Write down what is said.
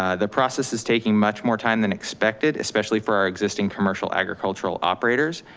ah the process is taking much more time than expected, especially for our existing commercial agricultural operators.